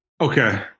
Okay